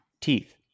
teeth